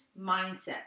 mindset